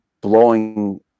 blowing